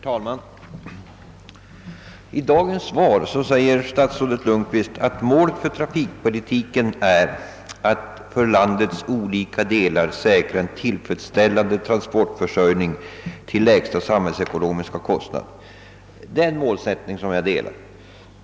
Herr talman! I sitt interpellationssvar sade statsrådet Lundkvist, att målet för trafikpolitiken är att för landets olika delar säkra en tillfredsställande transportförsörjning till lägsta samhällsekonomiska kostnad. Det är en målsättning som jag instämmer i.